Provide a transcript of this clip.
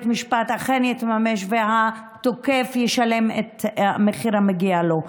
משפט אכן יתממש והתוקף ישלם את המחיר המגיע לו,